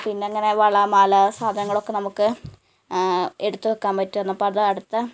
പിന്നങ്ങനെ വള മാല സാധനങ്ങളൊക്കെ നമക്ക് എടുത്ത് വയ്ക്കാൻ പറ്റും അന്നപ്പോൾ അത് അടുത്ത